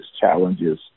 challenges